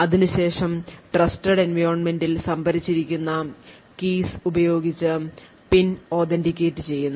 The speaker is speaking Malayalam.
അതിനുശേഷം trusted environmentൽ സംഭരിച്ചിരിക്കുന്ന keys ഉപയോഗിച്ച് PIN authenticate ചെയ്യുന്നു